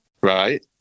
right